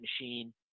machine